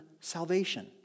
salvation